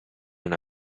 una